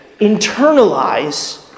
internalize